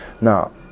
now